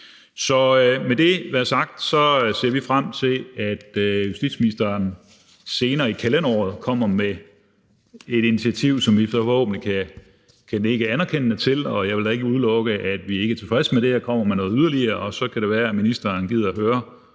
på. Med det sagt ser vi frem til, at justitsministeren senere i kalenderåret kommer med et initiativ, som vi forhåbentlig kan nikke anerkendende til. Og jeg vil da ikke udelukke, at vi ikke vil være tilfredse med det og vil komme med noget yderligere, og så kan det være, at ministeren til den